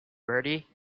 bertie